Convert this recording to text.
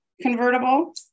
convertible